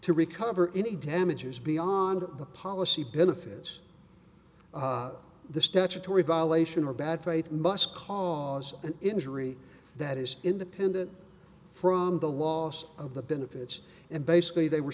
to recover any damages beyond the policy benefits the statutory violation or bad faith must cause an injury that is independent from the loss of the benefits and basically they were